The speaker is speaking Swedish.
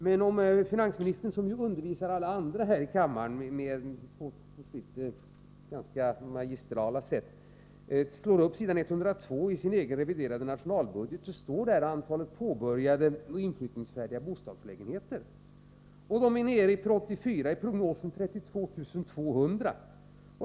Men om finansministern, som undervisar alla här i kammaren på sitt ganska magistrala sätt, slår upp s. 102 i sin egen reviderade nationalbudget, så kan han där läsa att prognosen för antalet påbörjade och inflyttningsfärdiga bostadslägenheter för 1984 är nere i 32 200.